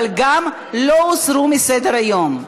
אבל גם לא הוסרו מסדר-היום,